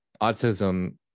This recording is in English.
autism